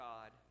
God